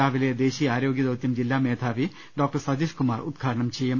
രാവിലെ ദേശീയ ആരോഗ്യദൌത്യം ജില്ലാ മേധാവി ഡോക്ടർ സതീഷ് കുമാർ ഉദ്ഘാടനം ചെയ്യും